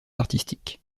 artistiques